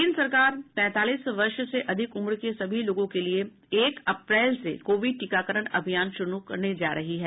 केन्द्र सरकार पैंतालीस वर्ष से अधिक उम्र के सभी लोगों के लिए एक अप्रैल से कोविड टीकाकरण अभियान शुरू करने जा रही है